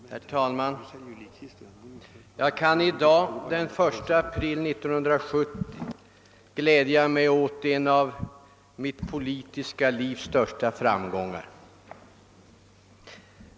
Herr talman! Jag kan i dag, den 1 april 1970, glädja mig åt en av mitt politiska livs största framgångar.